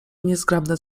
niezgrabne